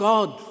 God